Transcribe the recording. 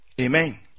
Amen